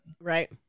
Right